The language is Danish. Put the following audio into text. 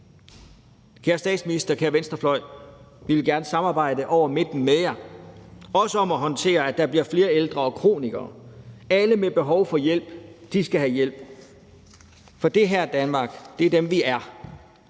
Kære statsminister, kære venstrefløj, vi vil gerne samarbejde over midten med jer, også om at håndtere, at der bliver flere ældre og kronikere. Alle med behov for hjælp skal have hjælp. For det er det Danmark, vi er.